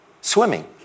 swimming